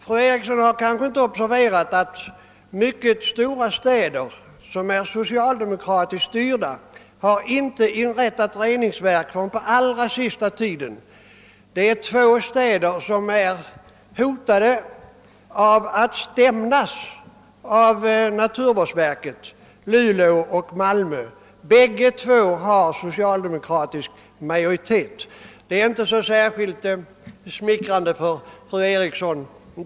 Kanske har hon inte observerat att mycket stora, socialdemokratiskt styrda städer inte har inrättat reningsverk förrän under den allra senaste tiden.